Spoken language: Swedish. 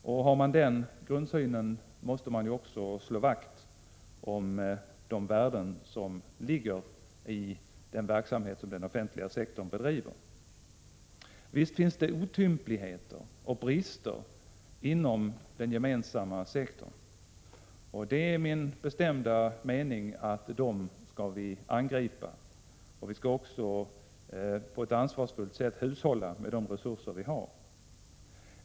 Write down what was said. Om man har den grundsynen måste man också slå vakt om de värden som ligger i den verksamhet som den offentliga sektorn bedriver. Visst finns det otympligheter och brister inom den gemensamma sektorn. Dem skall vi enligt min bestämda mening angripa. Vi skall också på ett ansvarsfullt sätt hushålla med de resurser vi har.